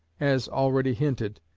as already hinted,